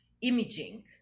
imaging